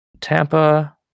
Tampa